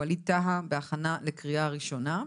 ווליד טאהא - בהכנה לקריאה ראשונה.